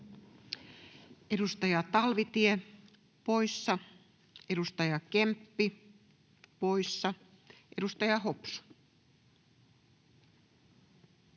Edustaja Talvitie poissa, edustaja Kemppi poissa. — Edustaja Hopsu.